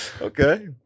Okay